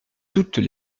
toutes